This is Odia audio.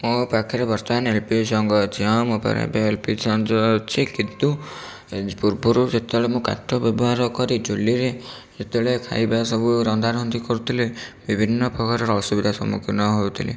ମୋ ପାଖରେ ବର୍ତ୍ତମାନ ଏଲ୍ ପି ଜି ସଂଗ ଅଛି ହଁ ମୋ ପାଖରେ ଏବେ ଏଲ୍ ପି ଜି ସଂଯୋଗ ଅଛି କିନ୍ତୁ ପୂର୍ବରୁ ଯେତେବଳେ ମୁଁ କାଠ ବ୍ୟବହାର କରି ଚୁଲିରେ ଯେତେବଳେ ଖାଇବା ସବୁ ରନ୍ଧା ରନ୍ଧି କରୁଥିଲି ବିଭିନ୍ନ ପ୍ରକାରର ଅସୁବିଧାର ସମ୍ମୁଖୀନ ହେଉଥିଲି